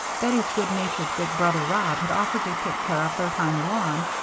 bettie's good-natured big brother rob had offered to take care of their tiny lawn,